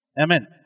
Amen